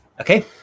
Okay